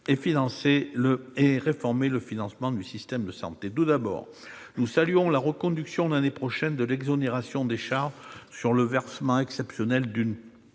réformer le financement du système de santé. Tout d'abord, nous saluons la reconduction, l'an prochain, de l'exonération des charges sur le versement exceptionnel d'une